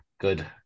Good